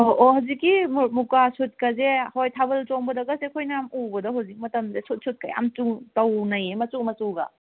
ꯑꯣ ꯑꯣ ꯍꯧꯖꯤꯛꯀꯤ ꯃꯨꯀꯥ ꯁꯨꯠꯀꯖꯦ ꯍꯣꯏ ꯊꯥꯕꯜ ꯆꯣꯡꯕꯗꯒꯖꯦ ꯑꯩꯈꯣꯏꯅ ꯎꯕꯗ ꯍꯧꯖꯤꯛ ꯃꯇꯝꯖꯦ ꯁꯨꯠ ꯁꯨꯠꯀ ꯌꯥꯝ ꯇꯧꯅꯩꯌꯦ ꯃꯆꯨ ꯃꯆꯨꯒ